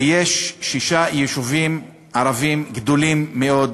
ויש שישה יישובים ערביים גדולים מאוד,